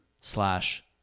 slash